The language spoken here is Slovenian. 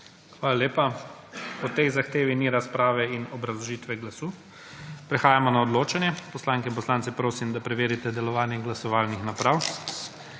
Hvala lepa. O tej zahtevi ni razprave in obrazložitve glasu. Prehajamo na odločanje. Poslanke in poslance prosim, da preverite delovanje glasovalnih naprav.